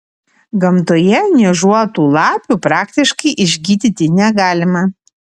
gamtoje niežuotų lapių praktiškai išgydyti negalima